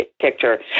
picture